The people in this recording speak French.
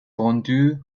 vendu